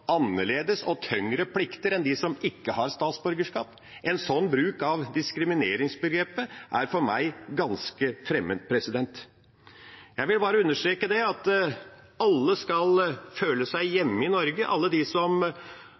statsborgerskap. En sånn bruk av diskrimineringsbegrepet er for meg ganske fremmed. Jeg vil bare understreke at alle skal føle seg hjemme i Norge. Alle som har opphold i Norge i kortere eller lengre tid, skal føle seg hjemme, de